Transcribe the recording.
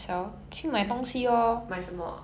买包包 really you